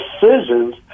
decisions